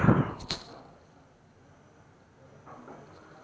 तणनाशकाचे प्रकार किती आहेत?